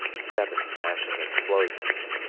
seven smashing explosions,